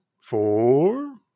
four